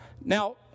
Now